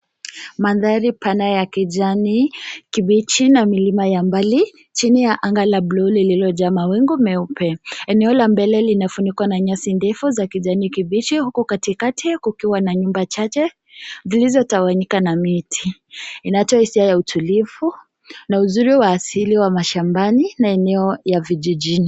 Mandhari pana ya kijani kibichi na milima ya mbali, chini ya anga la buluu lililojaa mawingu meupe. Eneo la mbele linafunikwa na nyasi ndefu za kijani kibichi huku katikati ya kukiwa na nyumba chache zilizotawanyika na miti. Inatoa hisia ya utulivu na uzuri wa asili wa mashambani na eneo ya vijijini.